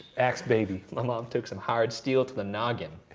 axe baby. my mom took some hard steel to the noggin,